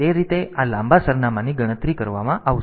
તે રીતે આ લાંબા સરનામાની ગણતરી કરવામાં આવશે